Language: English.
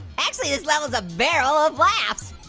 actually this level is a barrel of laughs.